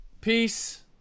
peace